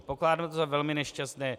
Pokládám to za velmi nešťastné.